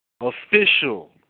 Official